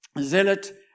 zealot